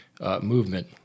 movement